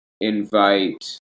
invite